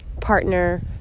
partner